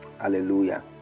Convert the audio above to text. Hallelujah